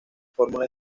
fórmula